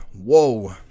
Whoa